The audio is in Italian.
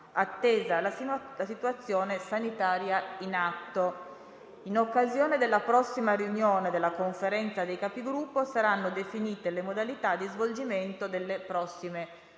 attesa la situazione sanitaria in atto. In occasione della prossima riunione della Conferenza dei Capigruppo saranno definite le modalità di svolgimento delle prossime